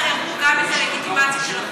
לא תערערו גם את הלגיטימציה של החוקרים,